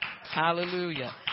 Hallelujah